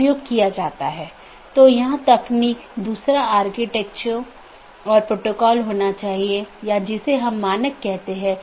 BGP पड़ोसी या BGP speaker की एक जोड़ी एक दूसरे से राउटिंग सूचना आदान प्रदान करते हैं